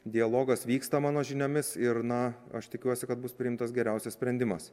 dialogas vyksta mano žiniomis ir na aš tikiuosi kad bus priimtas geriausias sprendimas